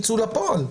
יצאו לפועל.